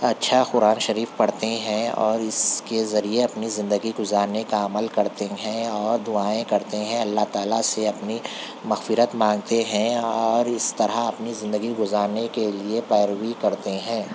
اچھا قرآن شریف پڑھتے ہیں اور اس کے ذریعے اپنی زندگی گزارنے کا عمل کرتے ہیں اور دعائیں کرتے ہیں اللہ تعالیٰ سے اپنی مغفرت مانگتے ہیں اور اس طرح اپنی زندگی گزارنے کے لیے پیروی کرتے ہیں